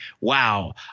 wow